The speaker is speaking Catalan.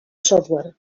software